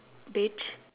beige